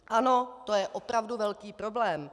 Ano, to je opravdu velký problém.